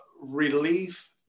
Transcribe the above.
Relief